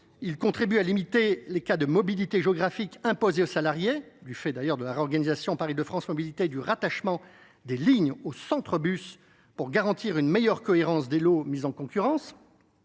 également à limiter les cas de mobilités géographiques imposées aux salariés, du fait de la réorganisation menée par Île de France Mobilités, avec le rattachement des lignes aux centres bus, pour garantir une meilleure cohérence des lots mis en concurrence.